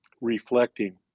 reflecting